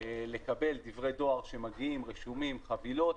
לקבל דברי דואר שמגיעים רשומים, חבילות.